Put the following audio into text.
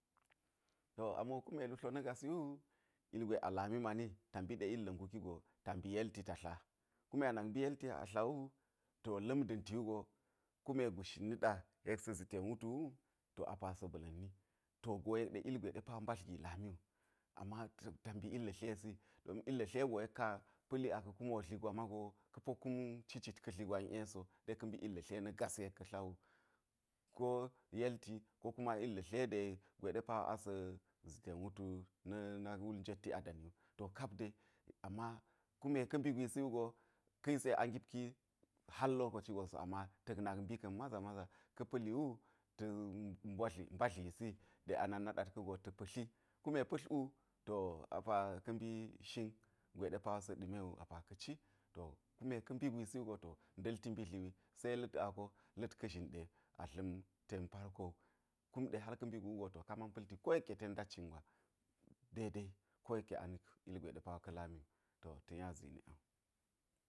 To amo kume lu tlo na̱ gasi wu ilgwe a lami ɗe ta mbi ɗe illa̱ nguki go ta mbi yelti ta tla kume a nak mbi yelti yek a tla wu to lam da̱mti wu, kume ngus shin niɗa yek sa̱n zi ten wutu wu to a pa sa̱ ba̱la̱nni, to go yek ɗe ilgwe ɗe mbadl gi lami wu ama ta mbi illa tlesi domin illa̱ tle go yek ka pa̱li aka̱ kumi wodli kwa mago ka̱ po kum ci cit ka̱ dli gwa iˈe so ɗe ka̱ m. bi illa tle na̱ gasi yek ka̱ tla wu, ngo yelti ko kuma ngo illa̱ tle de gwe ɗe pa a sa̱ zi ten wutu na̱ nak wul njwetti a dani wu, to kap de ama kume ka̱ mbi gwisi wugo ka̱ yisi a gip ki hal lokoci gon ama ta̱k nak mbi ga̱ maza maza, ka̱ pa̱li wu ta̱k ngot mbadlisi gwe a nannat ka̱wu ta̱ pa̱tli kume pa̱tl wu a pa ka̱ mbi shin gwe ɗe pa wo sa̱ ɗume wu a pa ka̱ ci to kume ka̱ mbi gwisi wugo nda̱lti mbi dli wi, se la̱t ako se la̱t ka̱ zhin ɗe a dlaɲ ten parko wu, kum ɗe hal mbi gu wugo ka man palti ko yekke ten ndat cin gwa de de ko yekke a nik ilgwe ka̱ lami wu to ta̱ nya zini ang.